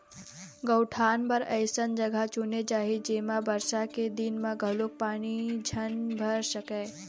गउठान बर अइसन जघा चुने जाही जेमा बरसा के दिन म घलोक पानी झन भर सकय